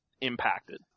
impacted